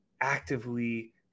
actively